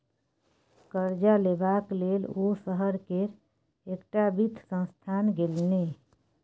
करजा लेबाक लेल ओ शहर केर एकटा वित्त संस्थान गेलनि